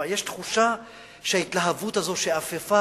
כלומר, יש תחושה שההתלהבות הזאת, שאפפה